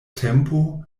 tempo